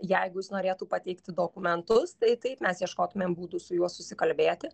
jeigu jis norėtų pateikti dokumentus tai taip mes ieškotumėm būdų su juo susikalbėti